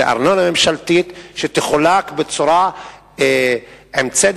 ארנונה ממשלתית שתחולק בצדק חברתי,